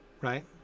right